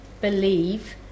believe